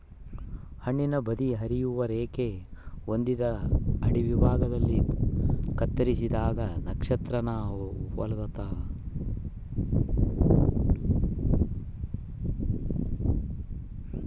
ಹಣ್ಣುನ ಬದಿ ಹರಿಯುವ ರೇಖೆ ಹೊಂದ್ಯಾದ ಅಡ್ಡವಿಭಾಗದಲ್ಲಿ ಕತ್ತರಿಸಿದಾಗ ನಕ್ಷತ್ರಾನ ಹೊಲ್ತದ